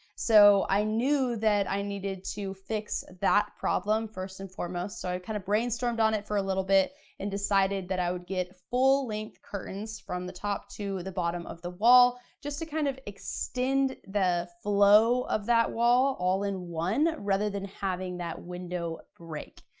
so i knew that i needed to fix that problem first and foremost so i kind of brainstormed on it for a little bit and decided that i would get full length curtains from top to the bottom of the wall, just to kind of extend the flow of that wall all in one rather than having that window break.